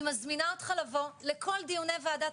אני מזמינה אותך לבוא לכל דיוני ועדת